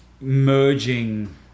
merging